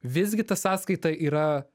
visgi ta sąskaita yra